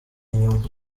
inyuma